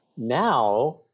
now